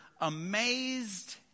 amazed